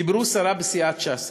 דיברו סרה בסיעת ש״ס.